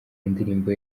ndirimbo